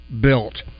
built